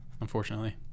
unfortunately